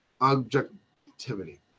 objectivity